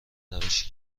روشی